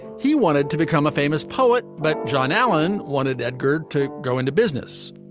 he wanted to become a famous poet. but john allen wanted that girl to go into business.